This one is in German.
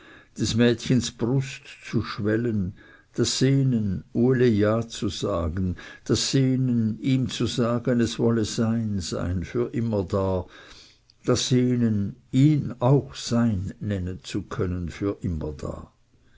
des mädchens brust zu schwellen das sehnen uli ja zu sagen das sehnen ihm zu sagen es wolle sein sein für immerdar das sehnen ihn auch sein nennen zu können für immerdar